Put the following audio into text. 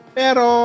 pero